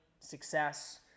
success